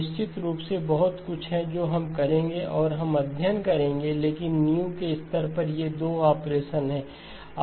निश्चित रूप से बहुत कुछ है जो हम करेंगे और हम अध्ययन करेंगे लेकिन नींव के स्तर पर ये 2 ऑपरेशन हैं